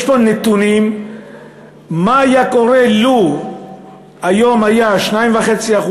יש פה נתונים מה היה קורה לו היום היה אחוז החסימה 2.5%,